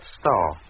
star